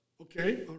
Okay